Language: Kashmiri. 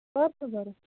کَر چھُو ضوٚرَتھ